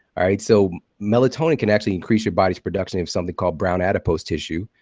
all right? so melatonin can actually increase your body's production you have something called brown adipose tissue,